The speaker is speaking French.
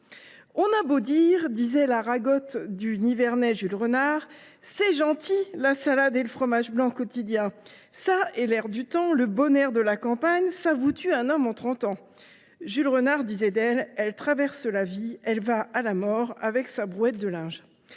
« On a beau dire », disait la Ragotte du Nivernais Jules Renard, « c’est gentil, la salade et le fromage blanc quotidiens. Ça et l’air du temps, le bon air de la campagne, ça vous tue un homme en trente ans. » Jules Renard disait d’elle :« Elle traverse la vie. Elle va à la mort avec sa brouette de linge. »